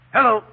Hello